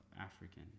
african